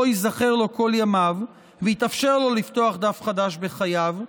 ייזכר לו כל ימיו ויתאפשר לו לפתוח דף חדש בחייו,